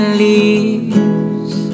leaves